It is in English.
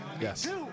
Yes